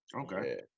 Okay